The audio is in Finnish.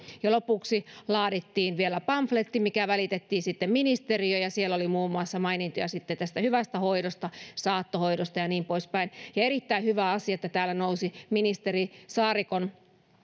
ja lopuksi laadittiin vielä pamfletti mikä välitettiin sitten ministeriöön ja siellä oli muun muassa mainintoja tästä hyvästä hoidosta saattohoidosta ja niin poispäin on erittäin hyvä asia että täällä nousi ministeri saarikon